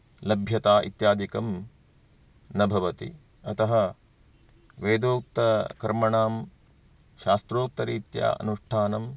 लभ्यता इत्यादिकं न भवति अतः वेदोक्तकर्मणां शास्त्रोक्तरीत्या अनुष्ठानं